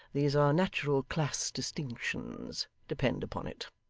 these are natural class distinctions, depend upon it